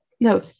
No